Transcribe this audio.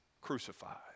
crucified